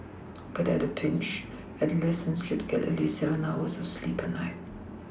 but at a Pinch adolescents should get at least seven hours of sleep a night